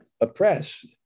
oppressed